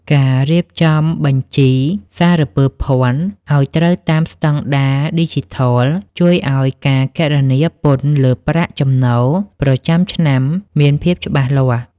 ការរៀបចំបញ្ជីសារពើភ័ណ្ឌឱ្យត្រូវតាមស្តង់ដារឌីជីថល ជួយឱ្យការគណនាពន្ធលើប្រាក់ចំណូលប្រចាំឆ្នាំមានភាពច្បាស់លាស់។